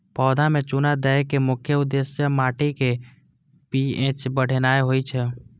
पौधा मे चूना दै के मुख्य उद्देश्य माटिक पी.एच बढ़ेनाय होइ छै